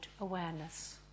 awareness